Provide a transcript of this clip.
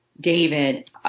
David